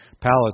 palace